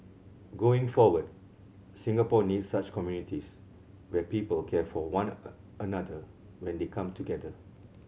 going forward Singapore needs such communities where people care for one another when they come together